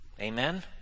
Amen